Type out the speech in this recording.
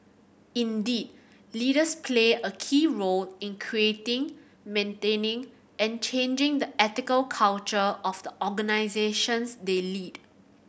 indeed leaders play a key role in creating maintaining and changing the ethical culture of the organisations they lead